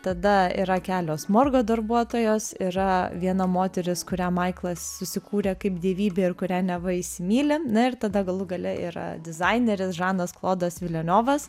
tada yra kelios morgo darbuotojos yra viena moteris kurią maiklas susikūrė kaip dievybę ir kurią neva įsimyli na ir tada galų gale yra dizaineris žanas klodas vilenovas